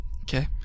Okay